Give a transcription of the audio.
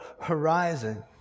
horizon